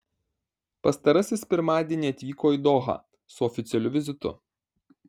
pastarasis pirmadienį atvyko į dohą su oficialiu vizitu